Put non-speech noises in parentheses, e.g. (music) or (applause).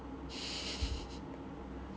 (laughs)